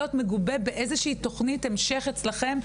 מגובה באיזושהי תוכנית המשך אצלכם,